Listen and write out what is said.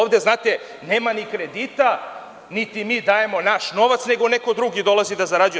Ovde nema ni kredita, niti mi dajemo naš novac, nego neko drugi dolazi da zarađuje.